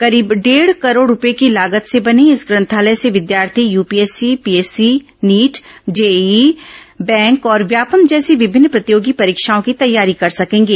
करीब डेढ करोड रूपये की लागत से बने इस ग्रथालय से विद्यार्थी UPSC PSP NEET JEE bank और व्यापमं जैसी विभिन्न प्रतियोगी परीक्षाओं की तैयारी कर सकेंगे